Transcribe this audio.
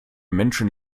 menschen